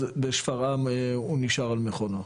אז בשפרעם הוא נשאר על מכונו.